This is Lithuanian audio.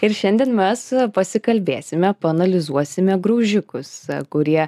ir šiandien mes pasikalbėsime paanalizuosime graužikus kurie